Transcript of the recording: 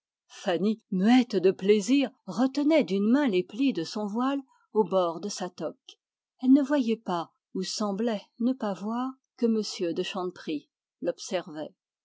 fanny muette de plaisir retenait d'une main les plis de son voile au bord de sa toque elle ne voyait pas ou semblait ne pas voir que m de chanteprie l'observait